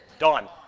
dawn.